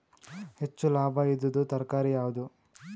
ಹೆಚ್ಚು ಲಾಭಾಯಿದುದು ತರಕಾರಿ ಯಾವಾದು?